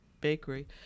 bakery